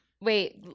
Wait